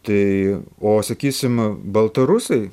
tai o sakysim baltarusai